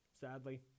Sadly